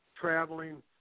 traveling